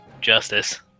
justice